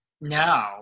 No